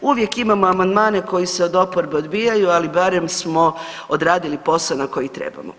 Uvijek imamo amandmane koji se od oporbe odbijaju, ali barem smo odradili posao na koji trebamo.